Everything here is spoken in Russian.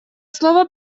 слово